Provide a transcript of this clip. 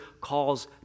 calls